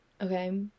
okay